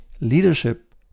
leadership